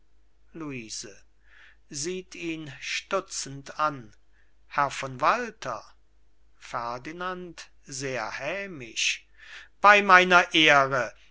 an herr von walter ferdinand sehr hämisch bei meiner ehre